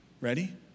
Ready